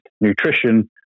nutrition